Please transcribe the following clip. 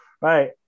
right